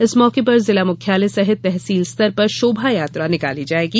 इस मौके पर जिला मुख्यालय सहित तहसील स्तर पर शोभा यात्रा निकाली जायेगी